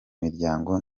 miryango